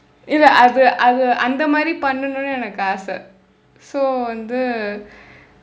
இல்லை அது அது அந்த மாதிரி பண்னனும்னு எனக்கு ஆசை:illai athu athu andtha maathiri pannanumnu enakku aasai so வந்து:vandthu